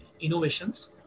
innovations